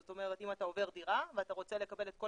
זאת אומרת אם אתה עובר דירה ואתה רוצה לקבל את כל